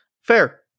Fair